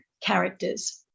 characters